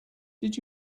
did